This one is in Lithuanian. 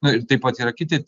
nu ir taip pat yra kiti